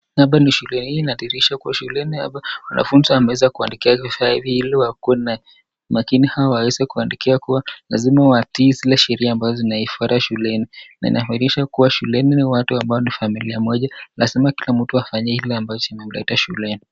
Hapa ni shuleni, hii inadhihirisha kuwa shuleni hapa wanafunzi wameweza kuandikiwa faili ili wakuwe, makini au waweze kuandikiwa kuwa lazima watii zile sheria zinaifwatwa shuleni, na inabaisha kuwa shuleni ni watu ambao ni familia moja, lazima kila mtu afanye kile ambacho kimemlete shuleni.